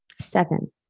Seven